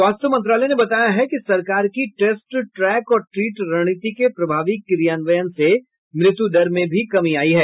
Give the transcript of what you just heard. स्वास्थ्य मंत्रालय ने बताया है कि सरकार की टेस्ट ट्रैक और ट्रीट रणनीति के प्रभावी क्रियान्वयन से मृत्युदर में भी कमी आई है